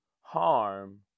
harm